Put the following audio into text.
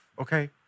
okay